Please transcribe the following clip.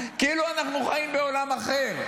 כאילו אנחנו חיים בעולם אחר.